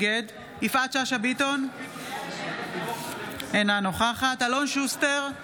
נגד יפעת שאשא ביטון, אינה נוכחת אלון שוסטר,